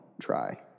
try